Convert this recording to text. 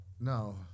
No